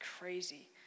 crazy